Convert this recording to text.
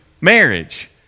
marriage